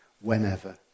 whenever